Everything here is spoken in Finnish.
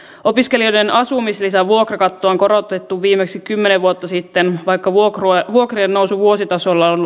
opiskelijoiden asumislisän vuokrakattoa on korotettu viimeksi kymmenen vuotta sitten vaikka vuokrien nousu vuositasolla on